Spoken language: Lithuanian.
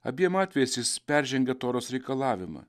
abiem atvejais jis peržengia toros reikalavimą